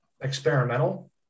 experimental